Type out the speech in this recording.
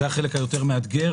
זה החלק היותר מאתגר,